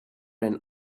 ran